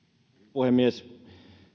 puhemies